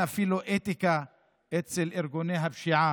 נאום אופוזיציוני מלפני 13 שנים,